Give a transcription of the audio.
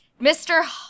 Mr